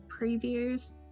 previews